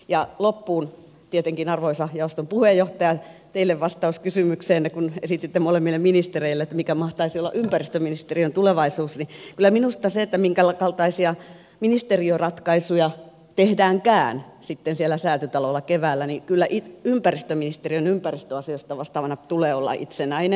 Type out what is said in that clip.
ja loppuun tietenkin arvoisa jaoston puheenjohtaja teille vastaus kysymykseenne jonka esititte molemmille ministereille mikä mahtaisi olla ympäristöministeriön tulevaisuus niin kyllä minusta se minkäkaltaisia ministeriöratkaisuja tehdäänkään sitten siellä säätytalolla keväällä niin kyllä ympäristöministeriön ympäristöasioista vastaavana tulee olla itsenäinen